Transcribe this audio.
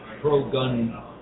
pro-gun